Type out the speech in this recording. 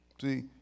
see